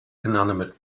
inanimate